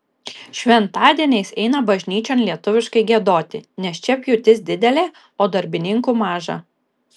šventadieniais eina bažnyčion lietuviškai giedoti nes čia pjūtis didelė o darbininkų maža